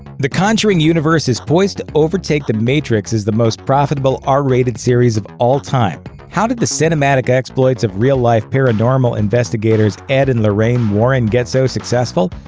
the conjuring universe is poised to overtake the matrix as the most profitable r-rated series of all time. how did the cinematic exploits of real-life paranormal investigators ed and lorraine warren get so successful?